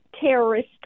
terrorist